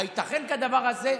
הייתכן כדבר הזה?